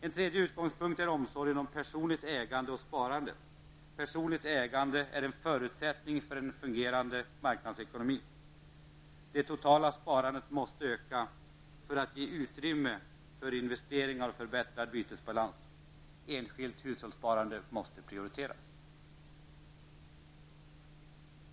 En tredje utgångspunkt är omsorgen om personligt ägande och sparande. Personligt ägande är en förutsättning för en fungerande marknadsekonomi. För att ge utrymme för investeringar och förbättrad bytesbalans måste det totala sparande öka. Enskilt hushållssparande skall prioriteras.